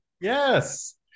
Yes